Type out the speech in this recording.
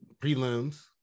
prelims